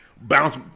bounce